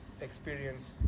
experience